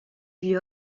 lui